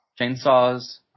chainsaws